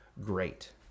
great